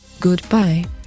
Goodbye